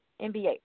NBA